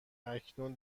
اکنون